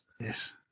yes